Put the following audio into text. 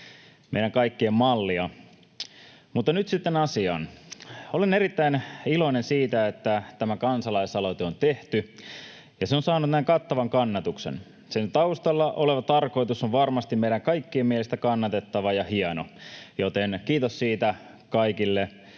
meidän kaikkien mallia. Mutta nyt sitten asiaan. Olen erittäin iloinen siitä, että tämä kansalaisaloite on tehty ja se on saanut näin kattavan kannatuksen. Sen taustalla oleva tarkoitus on varmasti meidän kaikkien mielestä kannatettava ja hieno, joten kiitos siitä kaikille